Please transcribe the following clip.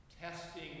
testing